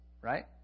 right